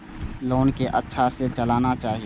Loan के अच्छा से चलाना चाहि?